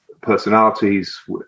personalities